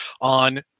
on